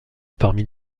parmi